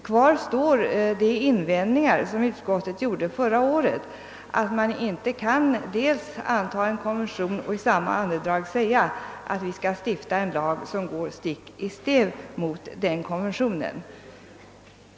Kvar står de invändningar som utskottet gjorde förra året, nämligen att man inte kan dels anta en konvention, dels i samma andetag säga att vi skall stifta en lag som går stick i stäv mot den konventionen.